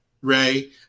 Ray